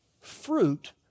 fruit